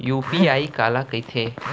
UPI काला कहिथे?